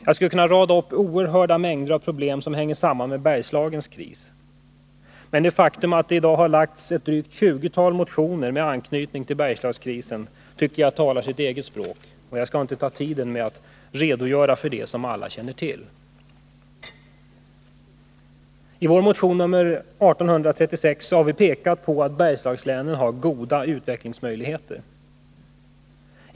Jag skulle kunna rada upp oerhörda mängder av problem som hänger samman med Bergslagens kris, men det faktum att det har lagts fram ett tjugotal motioner med anknytning till Bergslagskrisen tycker jag talar sitt eget språk, och jag skall därför inte ta tid till att redogöra för det som alla känner till. I vår motion nr 1836 har vi pekat på att Bergslagslänen har goda utvecklingsmöjligheter.